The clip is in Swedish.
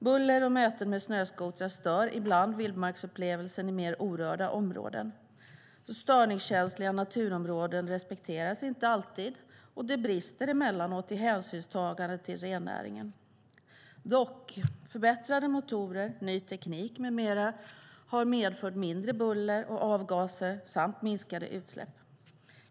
Buller och möten med snöskotrar stör ibland vildmarksupplevelsen i mer orörda områden. Störningskänsliga naturområden respekteras inte alltid, och det brister emellanåt i hänsynstagande till rennäringen. Förbättrade motorer, ny teknik med mera har dock medfört mindre buller och avgaser samt minskade utsläpp.